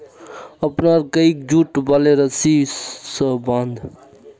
अपनार गइक जुट वाले रस्सी स बांध